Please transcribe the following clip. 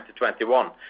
2021